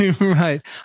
Right